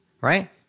right